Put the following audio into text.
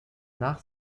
nach